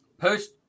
post